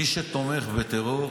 מי שתומך בטרור